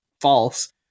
false